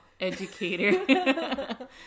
educator